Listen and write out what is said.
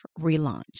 Relaunch